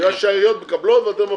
בגלל שהעיריות מקבלות ואתם מבסוטים.